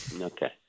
okay